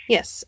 Yes